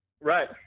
Right